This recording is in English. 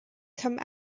come